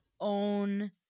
own